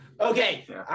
Okay